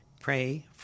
Pray